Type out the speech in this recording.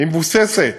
היא מבוססת